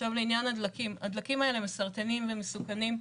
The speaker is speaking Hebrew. לעניין הדלקים, הדלקים האלה מסרטנים ומסוכנים.